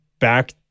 back